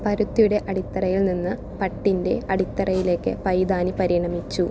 പരുത്തിയുടെ അടിത്തറയിൽ നിന്ന് പട്ടിൻ്റെ അടിത്തറയിലേക്ക് പൈതാനി പരിണമിച്ചു